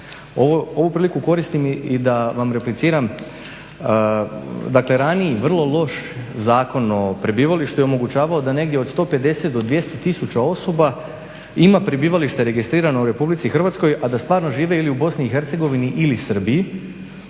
Ovu priliku koristim i da vam repliciram dakle raniji vrlo loš Zakon o prebivalištu je omogućavao da negdje od 150 do 200 tisuća osoba ima prebivalište registrirano u RH, a da stvarno žive ili u BiH ili Srbiji,